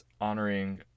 honoring